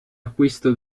acquisto